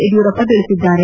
ಯಡಿಯೂರಪ್ಪ ತಿಳಿಸಿದ್ದಾರೆ